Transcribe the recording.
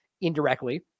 indirectly